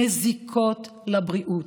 מזיקות לבריאות.